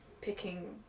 picking